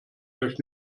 euch